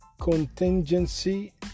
contingency